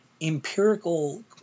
empirical